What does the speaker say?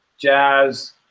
jazz